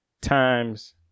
times